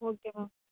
okay ma'am